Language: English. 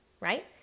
right